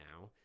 now